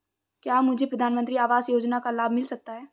क्या मुझे प्रधानमंत्री आवास योजना का लाभ मिल सकता है?